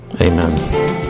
Amen